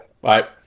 Bye